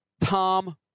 Tom